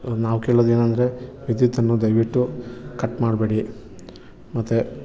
ನಾವು ಕೇಳೋದೇನೆಂದರೆ ವಿದ್ಯುತ್ತನ್ನು ದಯವಿಟ್ಟು ಕಟ್ ಮಾಡಬೇಡಿ ಮತ್ತೆ